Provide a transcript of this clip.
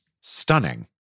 stunning